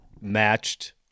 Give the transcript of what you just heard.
matched